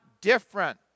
different